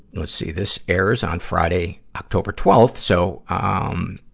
let's see, this airs on friday, october twelfth. so, um,